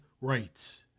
RIGHTS